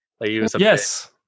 Yes